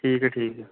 ਠੀਕ ਹੈ ਠੀਕ ਹੈ